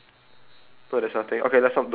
is eh is there anything at the back